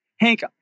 Hank